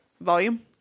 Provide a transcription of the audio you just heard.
volume